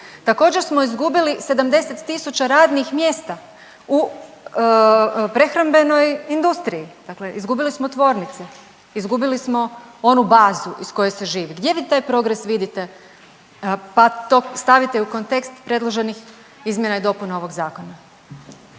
Također smo izgubili 70.000 radnih mjesta u prehrambenoj industriji, dakle izgubili smo tvornice, izgubili smo onu bazu iz koje se živi. Gdje vi taj progres vidite pa to stavite u kontekst predloženih izmjena i dopuna ovog zakona.